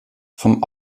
vom